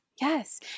Yes